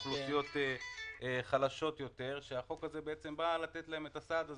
אוכלוסיות חלשות יותר שהחוק הזה בעצם בא לתת להם את הסעד הזה,